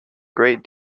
great